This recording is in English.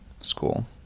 school